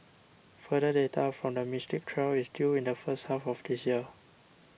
further data from the Mystic trial is due in the first half of this year